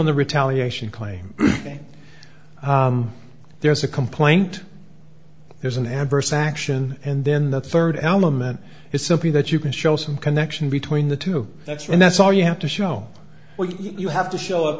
in the retaliation claim there's a complaint there's an adverse action and then the third element is simply that you can show some connection between the two that's when that's all you have to show you have to show